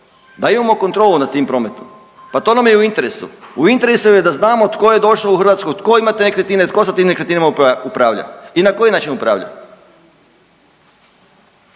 da imamo kontrolu nad tim prometom, pa to nam je u interesu, u interesu nam je da znamo tko je došao u Hrvatsku, tko ima te nekretnine, tko sa tim nekretninama upravlja i na koji način upravlja?